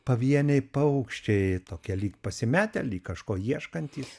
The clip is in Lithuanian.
pavieniai paukščiai tokie lyg pasimetę lyg kažko ieškantys